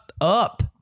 up